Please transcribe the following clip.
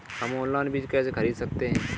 हम ऑनलाइन बीज कैसे खरीद सकते हैं?